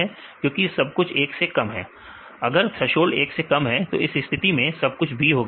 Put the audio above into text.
विद्यार्थी क्योंकि सब कुछ 1 से कम है अगर थ्रेसोल्ड 1 से कम है तो इस स्थिति में सब कुछ B होगा